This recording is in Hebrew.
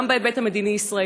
גם בהיבט המדיני-ישראלי,